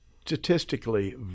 statistically